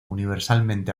universalmente